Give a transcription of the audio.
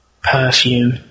Perfume